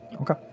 Okay